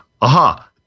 Aha